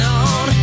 on